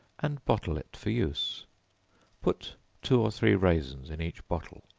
and bottle it for use put two or three raisins in each bottle,